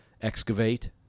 excavate